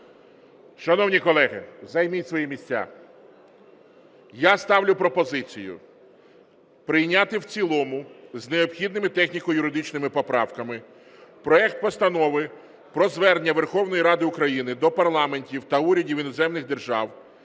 Шановні колеги, займіть свої місця. Я ставлю пропозицію прийняти в цілому з необхідними техніко-юридичними поправками проект Постанови про Звернення Верховної Ради України до парламентів та урядів іноземних держав,